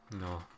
No